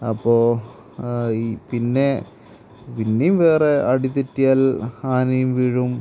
അപ്പോൾ ഈ പിന്നെ പിന്നെയും വേറെ അടി തെറ്റിയാൽ ആനയും വീഴും